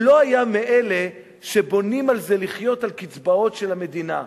הוא לא היה מאלה שבונים על זה שיחיו על קצבאות של המדינה.